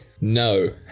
No